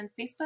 Facebook